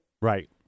Right